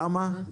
למה?